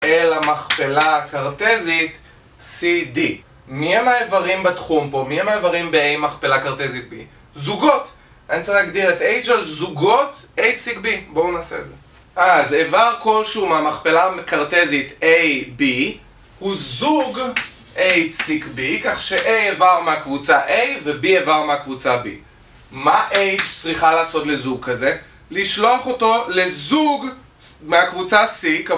אל המכפלה הקרטזית cd ,מי הם האיברים בתחום פה? מי הם האיברים ב-a מכפלה קרטזית b? זוגות! אני צריך להגדיר את h על זוגות a פסיק b, בואו נעשה את זה. אה, אז איבר כלשהו מהמכפלה קרטזית a b, הוא זוג a פסיק b כך ש-a איבר מהקבוצה a ו-b איבר מהקבוצה b, מה h צריכה לעשות לזוג כזה? לשלוח אותו לזוג מהקבוצה c